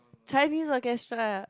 Chinese orchestra